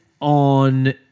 On